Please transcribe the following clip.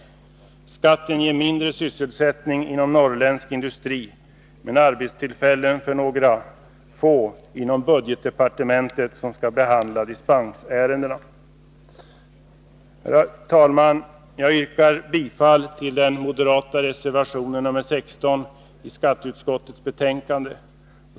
Skatten ger mindre sysselsättning inom norrländsk industri men arbetstillfällen för några få inom budgetdepartementet som skall behandla dispensärendena. Herr talman! Jag yrkar bifall till den moderata reservationen nr 16, som är fogad till skatteutskottets betänkande.